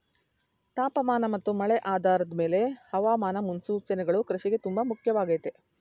ತಾಪಮಾನ ಮತ್ತು ಮಳೆ ಆಧಾರದ್ ಮೇಲೆ ಹವಾಮಾನ ಮುನ್ಸೂಚನೆಗಳು ಕೃಷಿಗೆ ತುಂಬ ಮುಖ್ಯವಾಗಯ್ತೆ